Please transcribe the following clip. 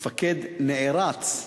מפקד נערץ,